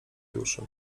duszy